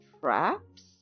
traps